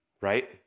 Right